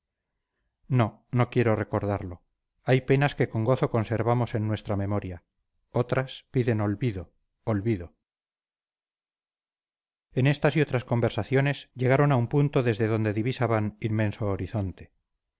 no no quiero recordarlo hay penas que con gozo conservamos en nuestra memoria otras piden olvido olvido en estas y otras conversaciones llegaron a un punto desde donde divisaban inmenso horizonte